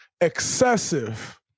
Excessive